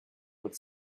would